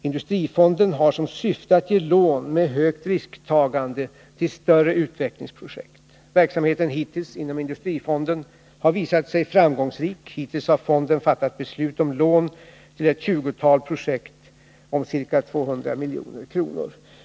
Industrifonden har som syfte att ge lån med högt risktagande till större utvecklingsprojekt. Verksamheten hitintills inom industrifonden har visat sig framgångsrik. Hittills har fonden fattat beslut om lån till ett tjugotal projekt om ca 200 milj.kr.